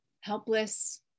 helpless